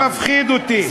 אתה מפחיד אותי.